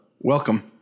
Welcome